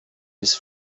his